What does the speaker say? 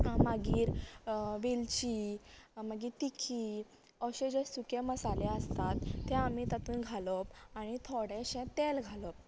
आ मागीर वेलची आ मागीर तिखी अशे जे सुके मसाले आसतात ते आमी तातूंत घालप आनी थोडेशे तेल घालप